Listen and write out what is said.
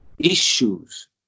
issues